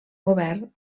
govern